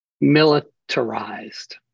militarized